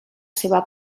seva